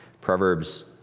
Proverbs